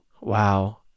Wow